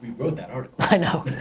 wrote that article. i know.